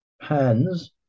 hands